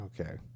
Okay